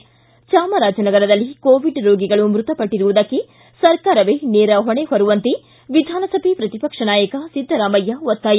ಿ ಚಾಮರಾಜನಗರದಲ್ಲಿ ಕೋವಿಡ್ ರೋಗಿಗಳು ಮೃತಪಟ್ಟಿರುವುದಕ್ಕೆ ಸರ್ಕಾರವೇ ನೇರ ಹೊಣೆ ಹೊರುವಂತೆ ವಿಧಾನಸಭೆ ಪ್ರತಿಪಕ್ಷ ನಾಯಕ ಸಿದ್ದರಾಮಯ್ಯ ಒತ್ತಾಯ